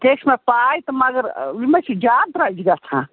تہِ ہے چھِ مےٚ پےَ تہٕ مگر یِم ہے چھِ زیادٕ درٛۅجہِ گژھان